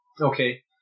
okay